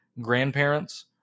grandparents